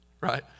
right